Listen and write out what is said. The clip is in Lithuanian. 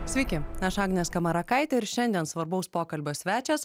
sveiki aš agnė skamarakaitė ir šiandien svarbaus pokalbio svečias